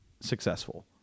successful